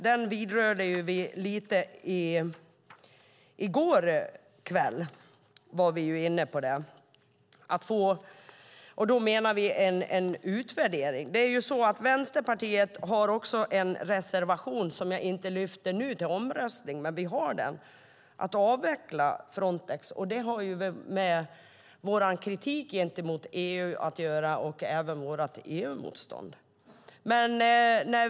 Den var vi inne på i går kväll. Vi vill ha en utvärdering. Vänsterpartiet har också en reservation som jag inte lyfter upp till omröstning nu, men vi har den. Den handlar om att avveckla Frontex. Den har med vår kritik gentemot EU och vårt EU-motstånd att göra.